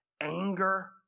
anger